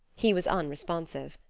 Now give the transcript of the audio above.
he was unresponsive.